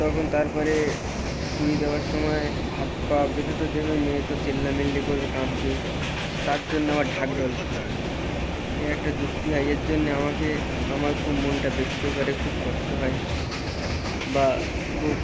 তখন তারপরে সে পুড়িয়ে দেওয়ার সময় হাত পা বেঁধে তো দেবে মেয়ে তো চেল্লামেল্লি করবে কাঁদবে তার জন্য আমার ঢাক ঢোল বাজাবে এ একটা যুক্তি হয় এরজন্যে আমাকে আমার খুব মনটা ব্যথিত করে খুব কষ্ট হয় বা খুব